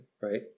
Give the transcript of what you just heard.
right